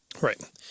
right